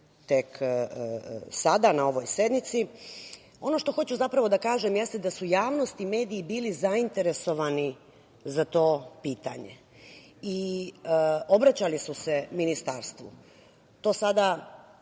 tek sada, na ovoj sednici. Ono što hoću da kažem jeste da su javnosti i mediji bili zainteresovani za to pitanje. Obraćali su se ministarstvu. To sada,